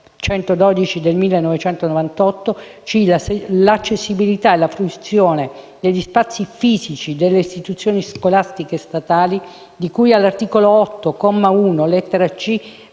112 del 1998; l'accessibilità e la fruibilità degli spazi fisici delle istituzioni scolastiche statali di cui all'articolo 8, comma 1,